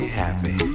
happy